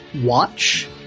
watch